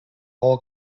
all